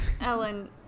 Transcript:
Ellen